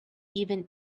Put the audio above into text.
even